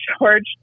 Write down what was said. George